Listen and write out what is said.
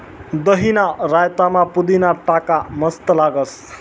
दहीना रायतामा पुदीना टाका मस्त लागस